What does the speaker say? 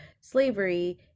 slavery